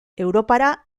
europara